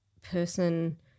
person